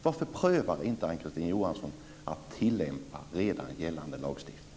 Varför vill inte Ann-Kristine Johansson pröva att tillämpa redan gällande lagstiftning?